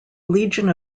legion